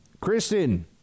Kristen